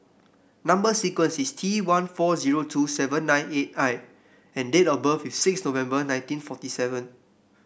number sequence is T one four zero two seven nine eight I and date of birth is six November nineteen forty seven